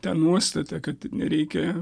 ta nuostata kad nereikia